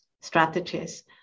strategies